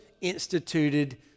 instituted